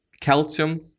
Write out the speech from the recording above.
calcium